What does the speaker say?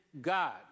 God